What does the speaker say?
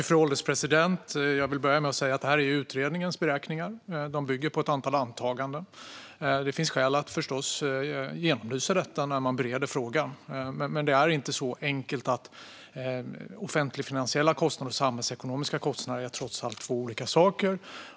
Fru ålderspresident! Jag vill börja med att säga att detta är utredningens beräkningar. De bygger på ett antal antaganden. Det finns förstås skäl att genomlysa detta när man bereder frågan, men det är inte så enkelt. Offentligfinansiella kostnader och samhällsekonomiska kostnader är trots allt två olika saker.